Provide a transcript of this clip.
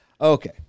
Okay